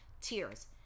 tears